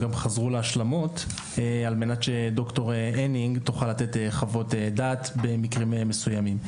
הם גם חזרו להשלמות כדי שד"ר הניג תוכל לתת חוות דעת במקרים מסוימים.